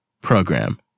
program